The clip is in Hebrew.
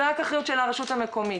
זאת אחריות של הרשות המקומית.